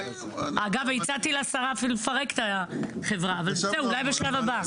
אגב הצעתי לשרה אפילו לפרק את החברה אבל זה אולי בשלב הבא.